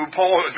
Paul